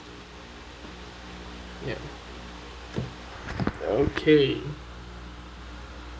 yup okay